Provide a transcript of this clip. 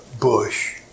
bush